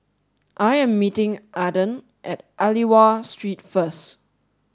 I am meeting Aaden at Aliwal Street first